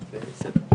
ההזמנה.